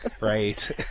Right